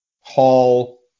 Hall